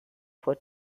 for